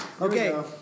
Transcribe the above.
Okay